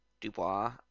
Dubois